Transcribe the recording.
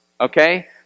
okay